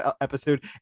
episode